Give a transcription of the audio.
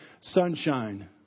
sunshine